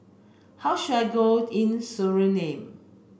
How should I go in Suriname